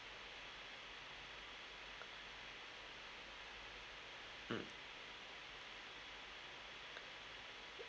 mm